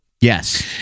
Yes